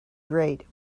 grate